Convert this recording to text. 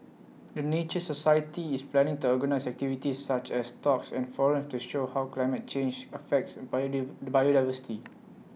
the nature society is planning to organise activities such as talks and forums to show how climate change affects biodiversity